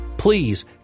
Please